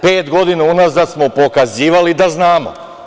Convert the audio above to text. Pet godina unazad smo pokazivali da znamo.